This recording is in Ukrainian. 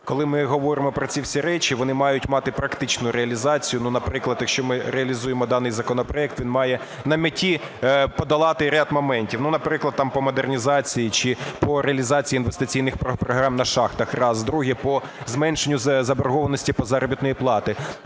Коли ми говоримо про ці всі речі, вони мають мати практичну реалізацію, наприклад, якщо ми реалізуємо даний законопроект, він має на меті подолати ряд моментів, наприклад, по модернізації чи по реалізації інвестиційних програм на шахтах, раз; друге - по зменшенню заборгованості по заробітній платі;